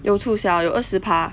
有促销有二十八